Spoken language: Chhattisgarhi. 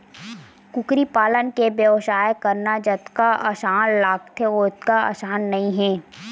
कुकरी पालन के बेवसाय करना जतका असान लागथे ओतका असान नइ हे